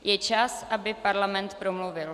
Je čas, aby parlament promluvil.